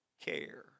Care